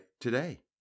today